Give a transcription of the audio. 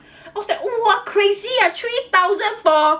I was like !wah! crazy ah three thousand for